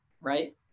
right